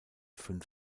fünf